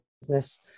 Business